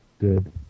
good